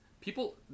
people